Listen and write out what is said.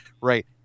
Right